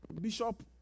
Bishop